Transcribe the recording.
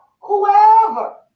whoever